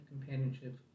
companionship